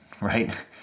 right